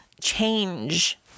change